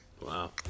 Wow